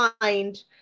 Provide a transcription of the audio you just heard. find